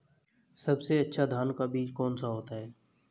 सबसे अच्छा धान का बीज कौन सा होता है?